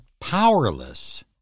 powerless